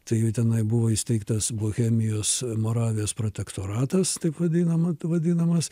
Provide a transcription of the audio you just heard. tai jau tenai buvo įsteigtas bohemijos moravijos protektoratas taip vadinama vadinamas